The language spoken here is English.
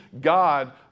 God